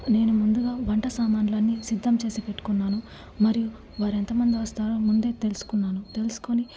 నేను ముందుగా వంట సామానులన్నీ సిద్ధం చేసి పెట్టుకున్నాను మరియు వారు ఎంత మంది వస్తారో ముందే తెలుకున్నాను తెలుసుకుని